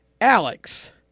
Alex